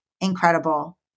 incredible